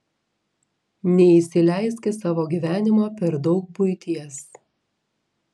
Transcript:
neįsileisk į savo gyvenimą per daug buities